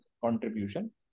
contribution